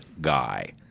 guy